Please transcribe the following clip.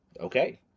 Okay